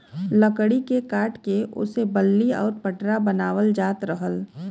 लकड़ी के काट के ओसे बल्ली आउर पटरा बनावल जात रहल